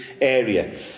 area